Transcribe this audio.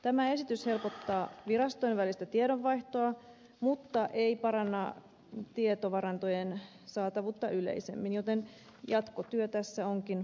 tämä esitys helpottaa virastojen välistä tiedonvaihtoa mutta ei paranna tietovarantojen saatavuutta yleisemmin joten jatkotyö tässä onkin olennaista